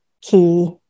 key